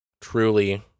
truly